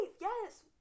yes